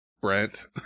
Brent